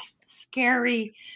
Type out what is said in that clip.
scary